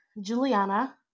Juliana